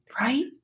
right